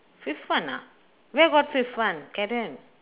fifth one ah where got fifth one Karen